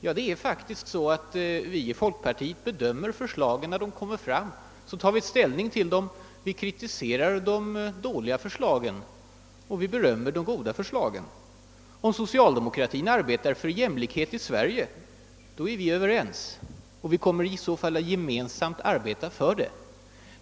Ja, det är faktiskt så att vi i folkpartiet tar ställning till de förslag som läggs fram och bedömer dem efter brister och förtjänster. Vi kritiserar de dåliga förslagen och vi berömmer och stöder de goda förslagen. i Sverige är vi överens med socialdemokraterna och kommer att arbeta gemensamt med dem för saken.